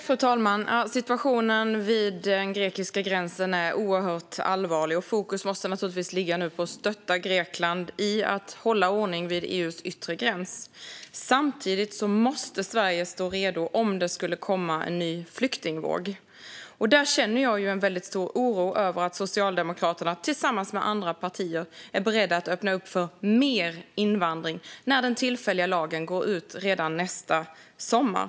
Fru talman! Situationen vid den grekiska gränsen är oerhört allvarlig, och fokus måste naturligtvis ligga på att stötta Grekland i att hålla ordning vid EU:s yttre gräns. Samtidigt måste Sverige stå redo om det skulle komma en ny flyktingvåg. Där känner jag en väldigt stor oro över att Socialdemokraterna, tillsammans med andra partier, är beredda att öppna upp för mer invandring när den tillfälliga lagen går ut redan nästa sommar.